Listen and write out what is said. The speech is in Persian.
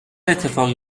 اتفاقی